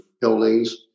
buildings